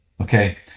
Okay